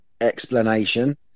explanation